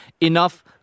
enough